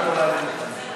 את נולדת מוכנה.